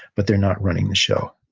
but they're not running the show